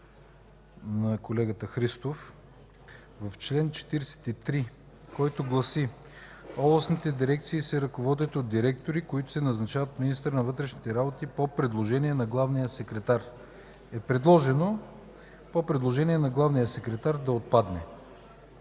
на колегата Христов в чл. 43, който гласи: „Областните дирекции се ръководят от директори, които се назначават от министъра на вътрешните работи по предложение на главния секретар”, е предложено думите „по предложение на главния секретар” да отпаднат.